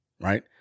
right